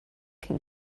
can